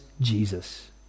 Jesus